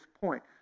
point